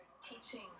teaching